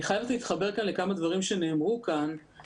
אני חייבת להתחבר כאן לכמה דברים שנאמרו כאן,